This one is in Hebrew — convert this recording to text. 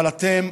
אבל אתם,